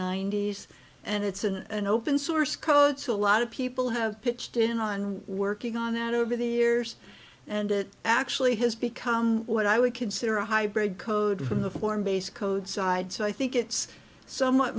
ninety s and it's an open source code so a lot of people have pitched in on working on that over the years and it actually has become what i would consider a hybrid code from the form based code side so i think it's somewhat